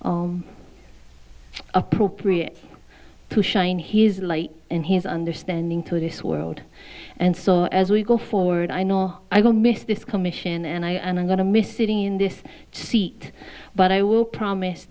n appropriate to shine he is light in his understanding to this world and so as we go forward i know i don't miss this commission and i and i'm going to miss sitting in this seat but i will promise